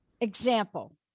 Example